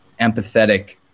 empathetic